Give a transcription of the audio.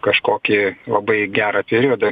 kažkokį labai gerą periodą